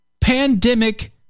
pandemic